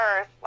earth